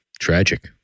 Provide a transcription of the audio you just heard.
tragic